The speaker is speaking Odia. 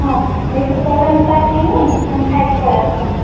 ହଁ ଏଇଠି ତ ପ୍ରୋଗ୍ରାମ୍ ଷ୍ଟାଟ୍ ହୋଇନି ଆମେ ଖାଇଦେଇକି ପଳେଇ ଆସିବା